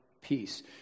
peace